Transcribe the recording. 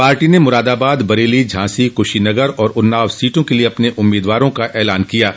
party ने मुरादाबाद बरेली झांसी कुशीनगर और उन्नाव सीटों के लिए अपने उम्मीदवारों का ऐलान कर दिया है